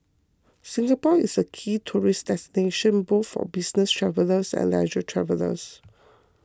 Singapore is a key tourist destination both for business travellers and leisure travellers